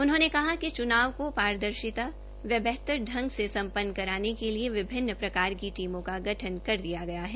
उन्होंने कहा कि चुनाव को पारदर्शिता व बेहतर ढंग से सम्पन्न करवाने के लिए विभिन्न प्रकार की टीमों का गठन कर दिया गया है